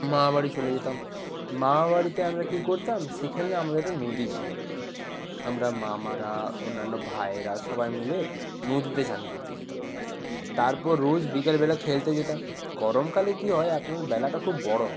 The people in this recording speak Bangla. মামা বাড়ি চলে যেতাম মামা বাড়িতে আমরা কী করতাম সেখানে আমাদের একটা নদী ছিলো আমরা মামারা অন্যান্য ভাইয়েরা সবাই মিলে নদীতে চান করতে যেতাম তারপর রোজ বিকেলবেলা খেলতে যেতাম গরমকালে কী হয় আপনার বেলাটা খুব বড়ো হয়